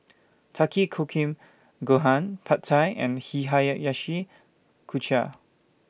Takikomi Gohan Pad Thai and Hihayayashi Chuka